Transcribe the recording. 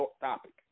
topic